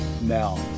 Now